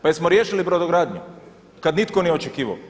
Pa jesmo li riješili brodogradnju kada nitko nije očekivao?